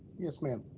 yes ma'am.